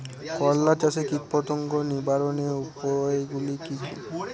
করলা চাষে কীটপতঙ্গ নিবারণের উপায়গুলি কি কী?